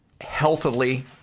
healthily